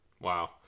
Wow